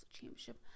Championship